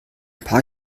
paar